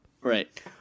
Right